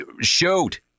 shoot